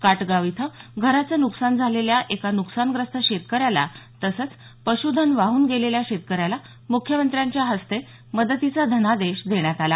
काटगाव इथं घराचं नुकसान झालेल्या एका न्कसानग्रस्त शेतकऱ्याला तसंच पश्चधन वाहन गेलेल्या शेतकऱ्याला मुख्यमंत्र्यांच्या हस्ते मदतीचा धनादेश देण्यात आला